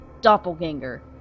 Doppelganger